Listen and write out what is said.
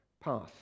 path